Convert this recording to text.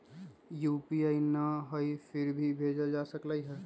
UPI न हई फिर भी जा सकलई ह?